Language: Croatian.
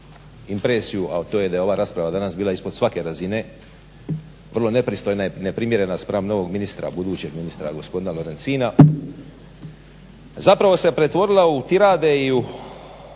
impresiju a to je da je ova rasprava danas bila ispod svake razine, vrlo nepristojna i neprimjerena spram novog ministra. Budućeg ministra gospodina Lorencina. Zapravo se pretvorila u tirade i u